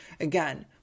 Again